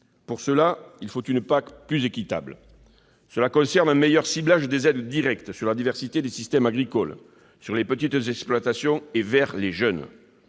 Pour cela, il faut une PAC plus équitable. Cela concerne un meilleur ciblage des aides directes sur la diversité des systèmes agricoles, sur les petites exploitations et vers les jeunes,